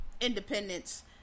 independence